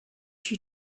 she